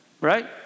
right